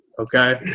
okay